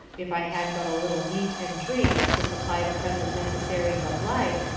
if i had but a little meat and drink to supply the present necessaries of life,